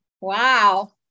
Wow